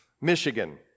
Michigan